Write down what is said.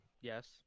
Yes